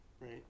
right